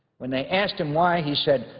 when they asked him why, he said,